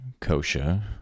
kosha